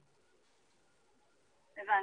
הבנתי.